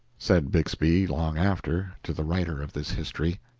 said bixby, long after, to the writer of this history.